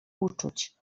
uczuć